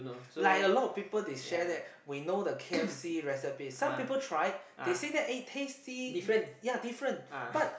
like a lot of people they share that we know the k_f_c recipe some people tried they say that eh taste see ya different but